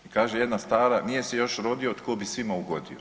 Kaže jedna stara nije još rodio tko bi svima ugodio.